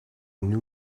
new